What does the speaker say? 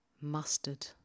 Mustard